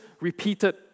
repeated